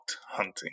hunting